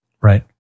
Right